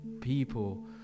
people